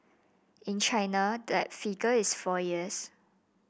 in China that figure is four years